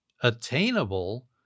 attainable